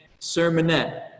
sermonette